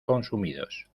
consumidos